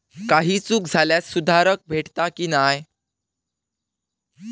काही चूक झाल्यास सुधारक भेटता की नाय?